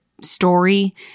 story